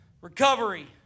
recovery